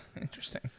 interesting